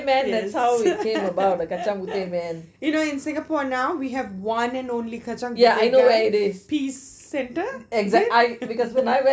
yes you know in singapore now we have one and only kacang puteh peace centre yeah